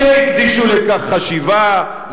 שהקדישו לכך חשיבה,